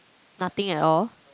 nothing at all